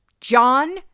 John